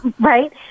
Right